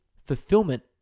Fulfillment